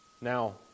Now